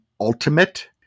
ultimate